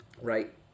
right